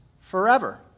forever